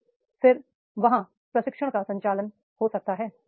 और फिर वहाँ प्रशिक्षण का संचालन हो सकता है